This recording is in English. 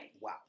wow